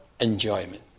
enjoyment